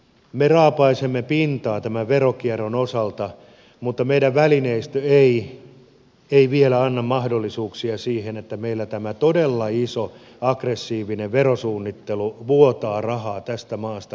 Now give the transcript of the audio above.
me raapaisemme pintaa tämän veronkierron osalta mutta meidän välineistömme ei vielä anna mahdollisuuksia siihen että meillä tämä todella iso aggressiivinen verosuunnittelu vuotaa rahaa tästä maasta liiaksi